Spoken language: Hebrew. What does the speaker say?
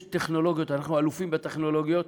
יש טכנולוגיות, אנחנו אלופים בטכנולוגיות.